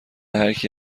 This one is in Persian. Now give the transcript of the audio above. هرکی